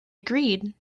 agreed